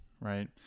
right